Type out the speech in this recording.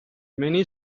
many